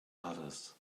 others